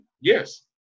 Yes